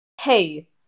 Hey